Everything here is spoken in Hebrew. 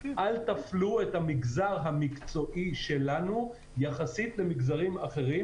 אל תפלו את המגזר המקצועי שלנו יחסית למגזרים אחרים,